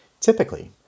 Typically